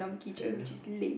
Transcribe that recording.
then